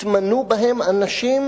התמנו בהן אנשים